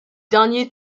derniers